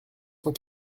cent